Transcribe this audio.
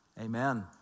amen